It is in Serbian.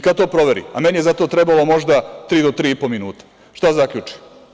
Kada to proveri, a meni je za to trebalo možda tri do tri i po minuta, šta zaključi?